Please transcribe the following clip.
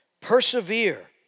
persevere